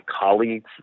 colleagues